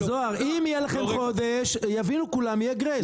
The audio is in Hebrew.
זהר, אם יהיה לכם חודש, יבינו כולם, יהיה גרייס.